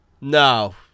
No